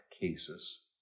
cases